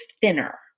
thinner